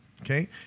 Okay